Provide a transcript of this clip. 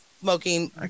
smoking